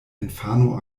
infano